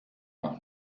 nach